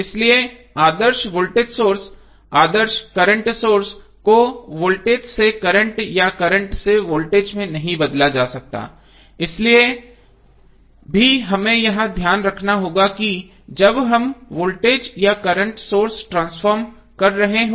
इसलिए आदर्श voltage source और आदर्श करंट सोर्स को वोल्टेज से करंट या करंट से वोल्टेज में नहीं बदला जा सकता है इसलिए भी हमें यह ध्यान रखना होगा कि जब हम वोल्टेज या करंट सोर्स ट्रांसफॉर्म कर रहे हों